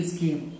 Scheme